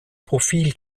profil